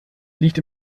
liegt